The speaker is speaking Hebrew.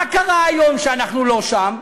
מה קרה היום שאנחנו לא שם?